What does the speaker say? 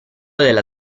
della